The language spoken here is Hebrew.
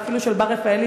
ואפילו של בר רפאלי,